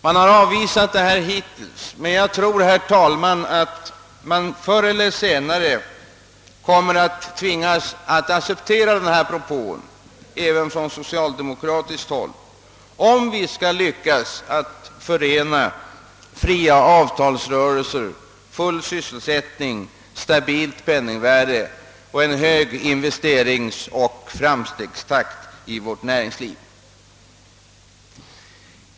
Dylika förslag har hittills avvisats, men jag tror, herr talman, att man förr eller senare från socialdemokratiskt håll kommer att tvingas acceptera dessa propåer om vi skall lyckas förena fria avtalsrörelser, full sysselsättning, stabilt penningvärde och hög investeringsoch framstegstakt i vårt näringsliv.